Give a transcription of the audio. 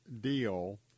deal